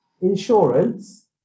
insurance